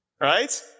right